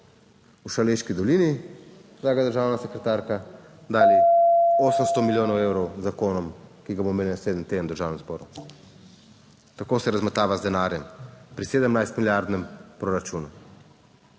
v Šaleški dolini, draga državna sekretarka, dali 800 milijonov evrov z zakonom, ki ga bomo imeli naslednji teden v Državnem zboru. Tako se razmetava z denarjem pri 17-milijardnem proračunu.